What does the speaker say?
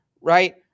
Right